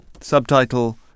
subtitle